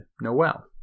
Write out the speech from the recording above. Noel